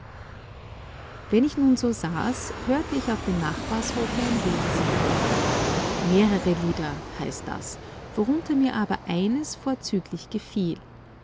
wenn ich nun so saß hörte ich auf dem nachbarshofe ein lied singen mehrere lieder heißt das worunter mir aber eines vorzüglich gefiel